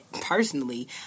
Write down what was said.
personally